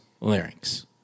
larynx